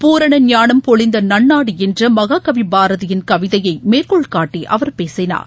பூரண ஞானம் பொலிந்த நன்னாடு என்ற மகாகவி பாரதியின் கவிதையை மேற்கோள்காட்டி அவர் பேசினார்